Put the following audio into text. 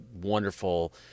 wonderful